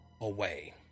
away